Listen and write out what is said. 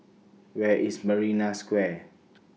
Where IS Marina Square